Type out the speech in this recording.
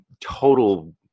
total